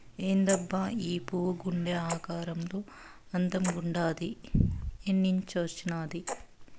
ఏందబ్బా ఈ పువ్వు గుండె ఆకారంలో అందంగుండాది ఏన్నించొచ్చినాది